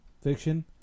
fiction